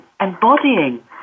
embodying